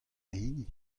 hini